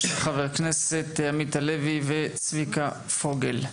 של חבר הכנסת עמית הלוי וחבר הכנסת צביקה פוגל.